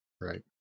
Right